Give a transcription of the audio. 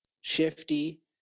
shifty